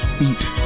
eat